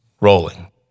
rolling